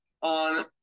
on